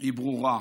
היא ברורה: